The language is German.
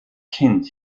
kind